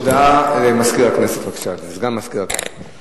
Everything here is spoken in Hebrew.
הודעה לסגן מזכיר הכנסת, אדוני, בבקשה.